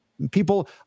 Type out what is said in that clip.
people